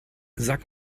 sag